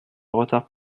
retard